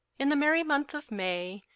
in the merrie moneth of maye,